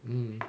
mm